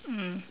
mm